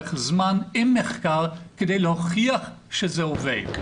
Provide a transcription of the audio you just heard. לאורך זמן, עם מחקר, כדי להוכיח שזה עובד.